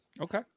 Okay